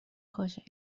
خوش